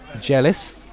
Jealous